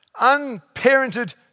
unparented